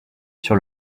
sur